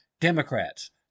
Democrats